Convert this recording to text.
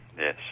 Yes